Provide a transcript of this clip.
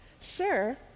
sir